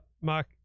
Mark